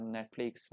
Netflix